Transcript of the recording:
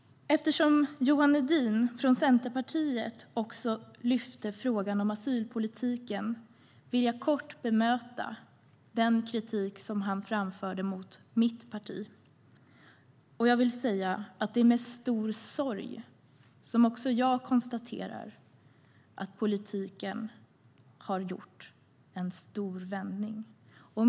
Johan Hedin från Centerpartiet tog upp asylpolitiken. Låt mig kort bemöta den kritik som han framförde mot mitt parti. Det är med stor sorg som jag konstaterar att politiken har gjort en stor vändning.